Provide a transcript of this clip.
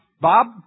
Bob